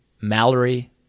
Mallory